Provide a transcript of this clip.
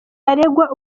aregwa